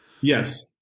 Yes